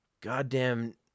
Goddamn